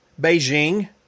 Beijing